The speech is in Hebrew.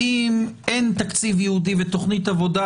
האם אין תקציב ייעודי ותוכנית עבודה